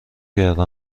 کرده